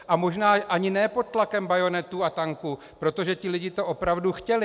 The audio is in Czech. A možná ani ne pod tlakem bajonetů a tanků, protože ti lidé to opravdu chtěli.